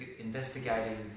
investigating